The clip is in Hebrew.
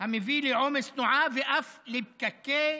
המביא לעומס תנועה ואף לפקקי